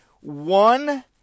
one